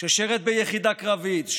ששירת ביחידה קרבית,